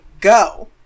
go